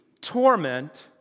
torment